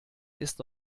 ist